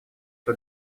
что